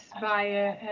via